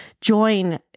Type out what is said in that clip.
join